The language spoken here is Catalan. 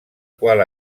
qual